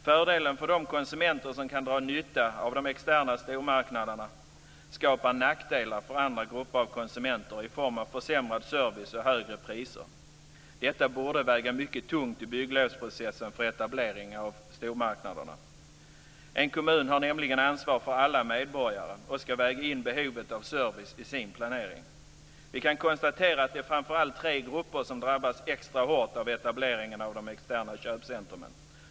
Fördelen för de konsumenter som kan dra nytta av de externa stormarknaderna skapar nackdelar för andra grupper av konsumenter i form av försämrad service och högre priser. Detta borde väga mycket tungt i bygglovsprocessen för etablering av stormarknader. En kommun har nämligen ansvar för alla medborgare och ska väga in behovet av service i sin planering. Vi kan konstatera att det är framför allt tre grupper som drabbas extra hårt av etableringen av de externa köpcentrumen.